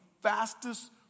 fastest